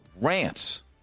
Rants